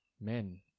men